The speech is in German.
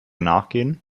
nachgehen